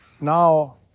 now